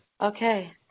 Okay